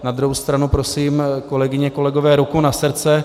Na druhou stranu prosím, kolegyně a kolegové, ruku na srdce.